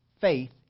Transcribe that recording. faith